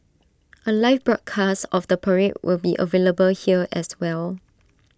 A live broadcast of the parade will be available here as well